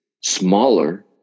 smaller